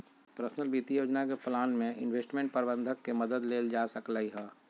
personal वित्तीय योजना के प्लान में इंवेस्टमेंट परबंधक के मदद लेल जा सकलई ह